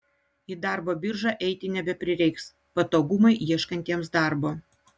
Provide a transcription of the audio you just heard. į darbo biržą eiti nebeprireiks patogumai ieškantiems darbo